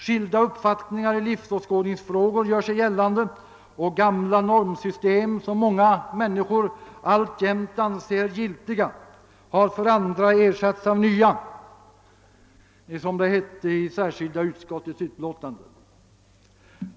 Skilda uppfattningar i livsåskådningsfrågor gör sig gällande och gamla normsystem som många människor alltjämt anser giltiga har av andra ersatts med nya, som framhölls i särskilda utskottets utlåtande.